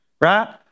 right